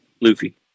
Luffy